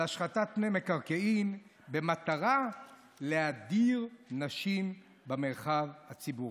השחתת פני מקרקעין במטרה להדיר נשים במרחב הציבורי.